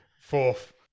fourth